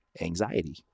anxiety